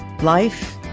life